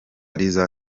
liza